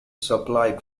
supplied